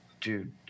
dude